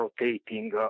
rotating